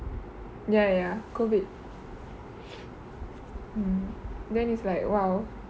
ya ya ya COVID mm then it's like !wow!